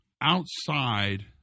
outside